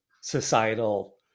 societal